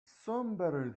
somebody